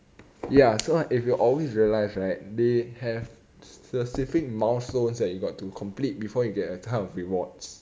ya so if you always realise right they have specific milestones that you got to complete before you get a kind of rewards